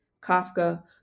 Kafka